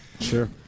Sure